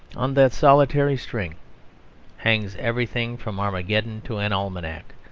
on that solitary string hangs everything from armageddon to an almanac,